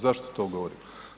Zašto to govorim?